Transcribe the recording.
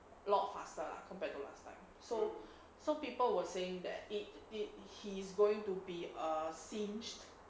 lot faster lah compared to last time so so people were saying that it it he's going to be a singed